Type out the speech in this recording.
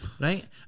right